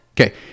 Okay